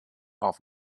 off